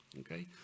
okay